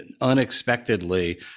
unexpectedly